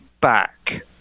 back